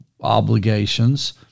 obligations